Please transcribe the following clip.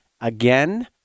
again